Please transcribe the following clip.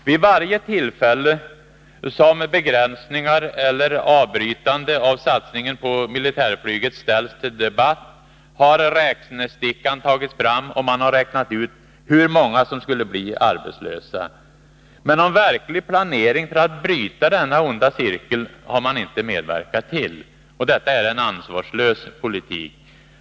Vid varje tillfälle som begränsningar eller avbrytande av satsningen på militärflyget ställts till debatt har räknestickan tagits fram och man har räknat ut hur många som skulle bli arbetslösa. Men någon verklig planering för att bryta denna onda cirkel har man inte medverkat till. Detta är en ansvarslös politik.